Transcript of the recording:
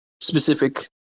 specific